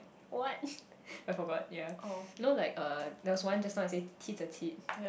what I forgot ya you know like uh there was one just now you say tete-a-tete